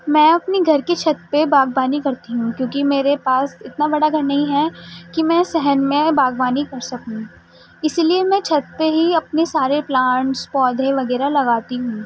میں اپنے گھر کی چھت پہ باغبانی کرتی ہوں کیونکہ میں میرے پاس اتنا بڑا گھر نہیں ہے کہ میں صحن میں باغبانی کر سکوں اسی لیے میں چھت پہ ہی اپنے سارے پلانٹس پودے وغیرہ لگاتی ہوں